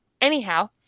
Anyhow